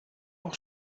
auch